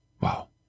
Wow